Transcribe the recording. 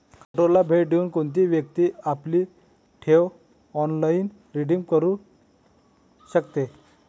पोर्टलला भेट देऊन कोणतीही व्यक्ती आपली ठेव ऑनलाइन रिडीम करू शकते